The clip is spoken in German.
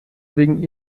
wegen